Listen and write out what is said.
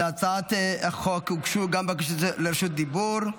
להצעת החוק הוגשו גם בקשות לרשות דיבור.